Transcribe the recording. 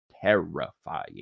terrifying